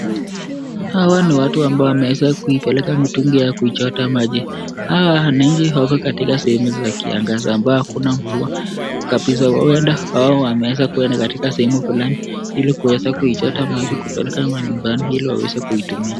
Hawa ni watu ambao wameweza kuipeleka mitungi yao kuichota maji ,hawa wananchi wako katika sehemu za kiangazi ambao hakuna mvua kabisa, huenda hawa wameweza kuenda katika sehemu fulani ili kuweza kuichota maji kupeleka manyumbani ili waweze kuitumia.